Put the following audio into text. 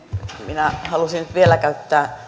minä halusin nyt vielä käyttää